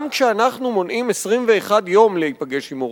גם כשאנחנו מונעים 21 יום להיפגש עם עורך-דין,